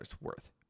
worth